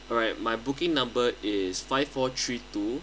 alright my booking number is five four three two